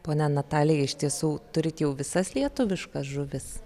ponia natalija iš tiesų turit jau visas lietuviškas žuvis